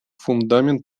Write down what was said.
фундамент